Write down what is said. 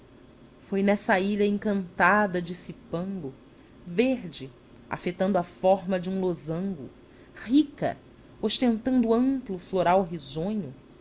foi nessa ilha encantada de cipango verde afetando a forma de um losango rica ostentando amplo floral risonho